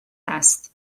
است